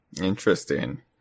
Interesting